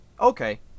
Okay